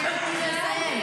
שקט, כדי לתת לי לסיים.